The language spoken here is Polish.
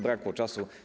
Brakło czasu.